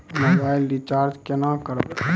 Mobile recharge केना करबै?